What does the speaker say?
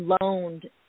loaned